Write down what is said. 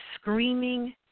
screaming